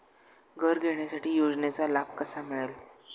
घर घेण्यासाठी योजनेचा लाभ कसा मिळेल?